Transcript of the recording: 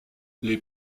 les